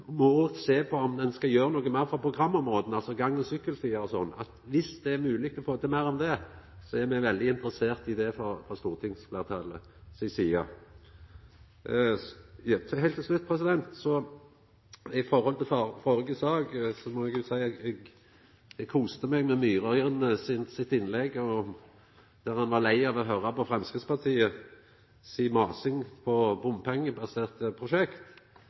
må sjå på om ein skal gjera noko meir for programområda – gang- og sykkelstigar og sånt. Viss det er mogeleg å få til noko meir her, er me veldig interesserte i det frå stortingsfleirtalet si side. Heilt til slutt: Når det gjeld førre sak, må eg seia at eg koste meg med Myraune sitt innlegg. Han var lei av å høra på Framstegspartiet si masing om bompengebaserte prosjekt.